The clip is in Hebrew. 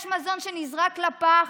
יש מזון שנזרק לפח.